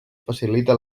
facilita